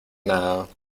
nada